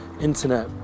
internet